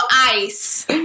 ICE